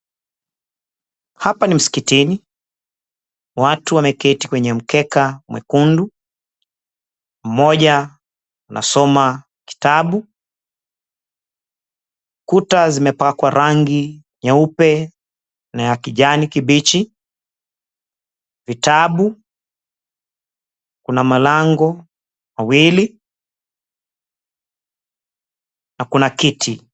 Hapa ni msikitini. Watu wameketi kwenye mkeka mwekundu. Mmoja anasoma kitabu. Kuta zimepakwa rangi nyeupe na ya kijani kibichi. Vitabu, kuna malango mawili, na kuna kiti.